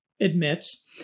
admits